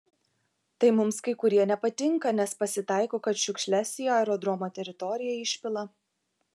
tai mums kai kurie nepatinka nes pasitaiko kad šiukšles į aerodromo teritoriją išpila